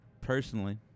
personally